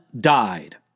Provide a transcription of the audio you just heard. died